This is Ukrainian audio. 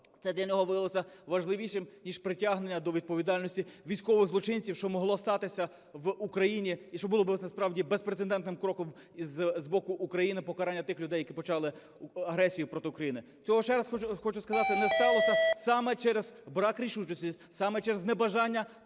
Це для нього виявилося важливішим, ніж притягнення до відповідальності військових злочинців, що могло статися в Україні і що було би насправді безпрецедентним кроком з боку України – покарання тих людей, які почали агресію проти України. Цього, ще раз хочу сказати, не сталося саме через брак рішучості, саме через небажання